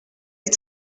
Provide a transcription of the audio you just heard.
est